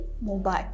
mobile